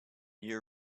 year